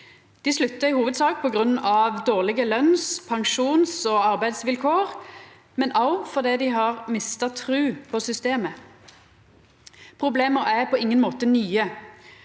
Dei sluttar i hovudsak grunna dårlege lønns-, pensjons- og arbeidsvilkår, men òg fordi dei har mista tru på systemet. Problema er på ingen måte nye.